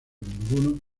ninguna